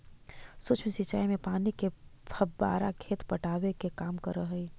सूक्ष्म सिंचाई में पानी के फव्वारा खेत पटावे के काम करऽ हइ